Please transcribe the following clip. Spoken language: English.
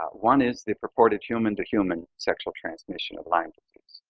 ah one is the purported human to human sexual transmission of lyme disease.